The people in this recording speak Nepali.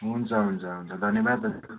हुन्छ हुन्छ हुन्छ धन्यवाद दाजु